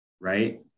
Right